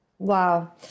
Wow